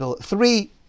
three